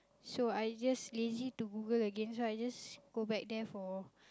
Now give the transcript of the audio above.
so I just lazy to Google again so I just go back there for